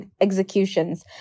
executions